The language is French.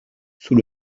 sous